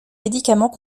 médicaments